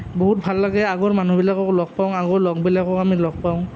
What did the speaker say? বহুত ভাল লাগে আগৰ মানুহবিলাকক লগ পাওঁ আগৰ লগবিলাকক আমি লগ পাওঁ